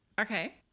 okay